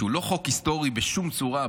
שהוא לא חוק היסטורי בשום צורה,